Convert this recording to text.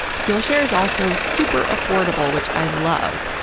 skillshare is also super affordable, which i love.